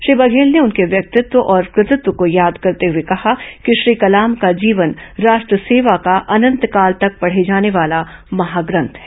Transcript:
श्री बघेल ने उनके व्यक्तित्व और कृतित्व को याद करते हुए कहा कि श्री कलाम का जीवन राष्ट्र सेवा का अनंतकाल तक पढ़े जाने वाला महाग्रंथ है